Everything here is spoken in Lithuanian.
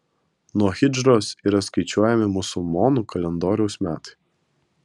nuo hidžros yra skaičiuojami musulmonų kalendoriaus metai